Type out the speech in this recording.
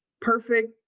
perfect